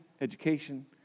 education